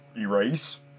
erase